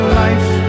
life